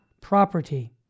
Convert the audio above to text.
property